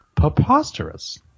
Preposterous